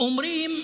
אומרים בהתחלה: